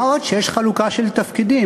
מה עוד שיש חלוקה של תפקידים: